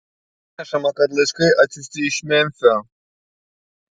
pranešama kad laiškai atsiųsti iš memfio